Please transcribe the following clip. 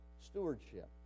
stewardship